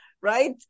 right